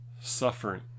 suffering